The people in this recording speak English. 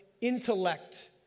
intellect